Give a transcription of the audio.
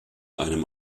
einem